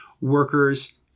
workers